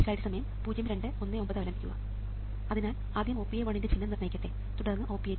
അതിനാൽ ആദ്യം OPA1 ൻറെ ചിഹ്നം നിർണ്ണയിക്കട്ടെ തുടർന്ന് OPA2